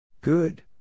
Good